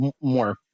more